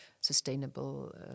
sustainable